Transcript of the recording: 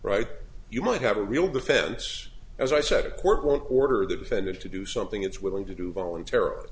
right you might have a real defense as i said a court order the defendant to do something it's willing to do voluntarily